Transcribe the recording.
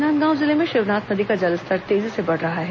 राजनांदगांव जिले में शिवनाथ नदी का जलस्तर तेजी से बढ़ रहा है